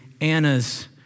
Anna's